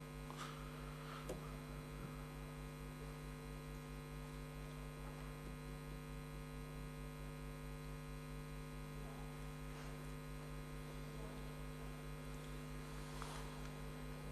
בבקשה,